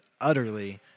utterly